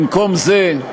במקום זה,